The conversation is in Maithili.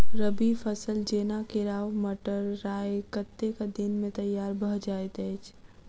रबी फसल जेना केराव, मटर, राय कतेक दिन मे तैयार भँ जाइत अछि?